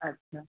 ਅੱਛਾ